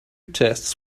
tests